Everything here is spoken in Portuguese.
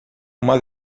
uma